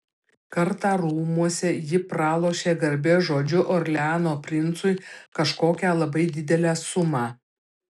kartą rūmuose ji pralošė garbės žodžiu orleano princui kažkokią labai didelę sumą